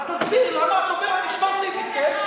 אז תסביר למה התובע המשטרתי ביקש זאת.